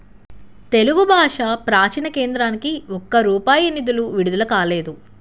తెలుగు భాషా ప్రాచీన కేంద్రానికి ఒక్క రూపాయి నిధులు విడుదల కాలేదు